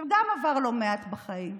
שגם עבר לא מעט בחיים.